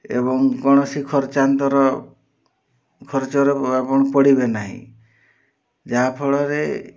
ଏବଂ କୌଣସି ଖର୍ଚାନ୍ତର ଖର୍ଚ୍ଚରେ ଆପଣ ପଡ଼ିବେ ନାହିଁ ଯାହା ଫଳରେ